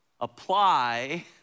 apply